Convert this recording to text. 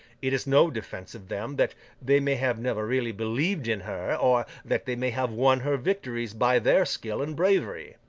it is no defence of them that they may have never really believed in her, or that they may have won her victories by their skill and bravery.